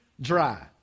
dry